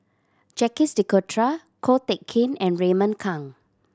Jacques De Coutre Ko Teck Kin and Raymond Kang